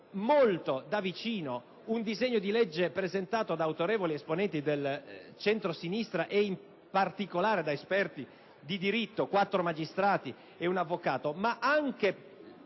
molto da vicino un disegno di legge presentato da autorevoli esponenti del centrosinistra, in particolare da esperti di diritto (quattro magistrati e un avvocato), ma anche